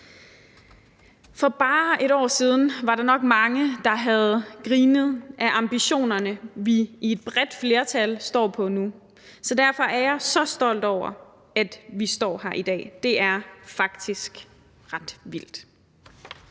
For bare et år siden var der nok mange, der havde grinet af ambitionerne, som vi i et bredt flertal står bag nu, så derfor er jeg så stolt over, at vi står her i dag. Det er faktisk ret vildt.